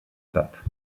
pape